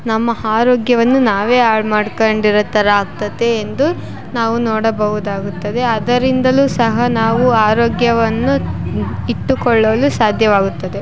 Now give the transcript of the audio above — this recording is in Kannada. ನಮ್ಮ ಆರೋಗ್ಯವನ್ನು ನಾವೇ ಹಾಳ್ ಮಾಡ್ಕೊಂಡಿರೋ ಥರ ಆಗ್ತತೆ ಎಂದು ನಾವು ನೋಡಬೌದಾಗುತ್ತದೆ ಅದರಿಂದಲೂ ಸಹ ನಾವು ಆರೋಗ್ಯವನ್ನು ಇಟ್ಟುಕೊಳ್ಳಲು ಸಾಧ್ಯವಾಗುತ್ತದೆ